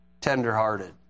Tenderhearted